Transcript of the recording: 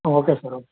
okay sir okay